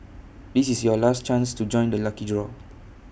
this is your last chance to join the lucky draw